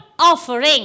Offering